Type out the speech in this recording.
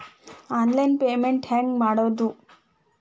Online payment ಹೆಂಗ್ ಮಾಡೋದು?